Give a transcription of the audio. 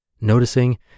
Noticing